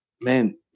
Man